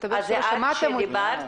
מסתבר שלא שמעתם אותי.